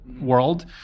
world